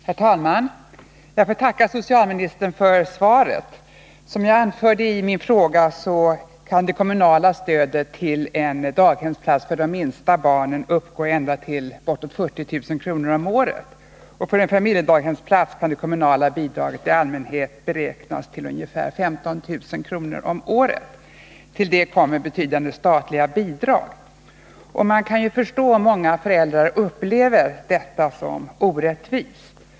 Herr talman! Jag får tacka socialministern för svaret. Som jag anförde i min fråga kan det kommunala stödet till en daghemsplats för de minsta barnen uppgå ända till bortåt 40 000 kr. om året, och för en familjedaghemsplats kan det kommunala bidraget i allmänhet beräknas till ungefär 15 000 kr. Till det kommer betydande statliga bidrag. Man kan ju förstå om många föräldrar upplever detta som orättvist.